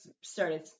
started